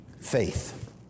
Faith